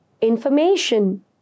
Information